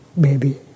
baby